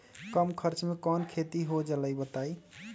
कम खर्च म कौन खेती हो जलई बताई?